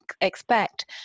expect